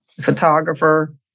photographer